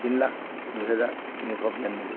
তিনি লাখ দুহেজাৰ তিনিশ বিৰান্নব্বৈ